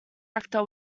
actor